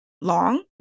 long